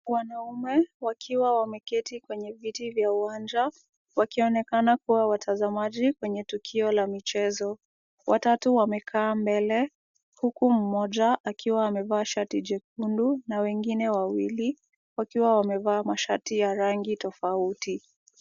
Wanaume wakiwa wameketi kwenye viti vya uwanja, wakionekana kuwa watazamaji kwenye tukio la michezo. Watatu wamekaa mbele, huku mmoja akiwa amevaa shati jekundu, na wengine wawili, wakiwa wamevaa mashati ya rangi tofauti.